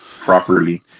properly